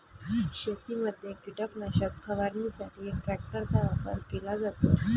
शेतीमध्ये कीटकनाशक फवारणीसाठी ट्रॅक्टरचा वापर केला जातो